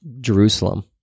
Jerusalem